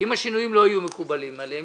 אם השינויים לא יהיו מקובלים עליהם,